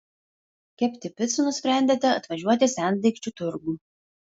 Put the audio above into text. kepti picų nusprendėte atvažiuoti į sendaikčių turgų